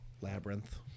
labyrinth